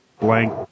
blank